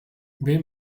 ben